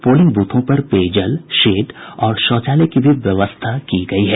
polling बूथों पर पेयजल शेड और शौचालय की भी व्यवस्था की गयी है